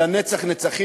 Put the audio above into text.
לנצח-נצחים,